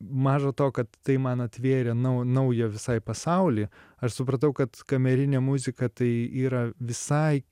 maža to kad tai man atvėrė nau naują visai pasaulį aš supratau kad kamerinė muzika tai yra visai